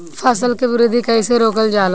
फसल के वृद्धि कइसे रोकल जाला?